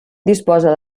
disposa